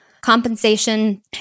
Compensation